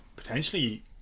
Potentially